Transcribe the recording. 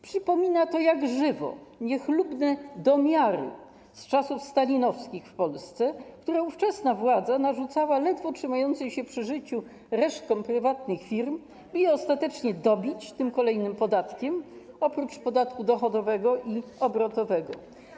Przypomina to jak żywo niechlubne „domiary” z czasów stalinowskich w Polsce, które ówczesna władza narzucała ledwo trzymającym się przy życiu resztkom prywatnych firm, by je ostatecznie dobić tym kolejnym podatkiem, oprócz podatku dochodowego i obrotowego.